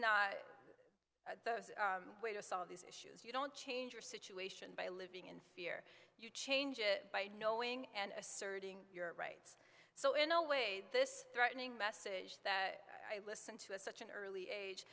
the way to solve these issues you don't change your situation by living in fear you change it by knowing and asserting your rights so in a way this threatening message that i listen to is such an early age